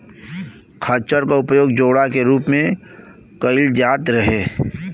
खच्चर क उपयोग जोड़ा के रूप में कैईल जात रहे